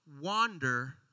wander